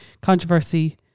controversy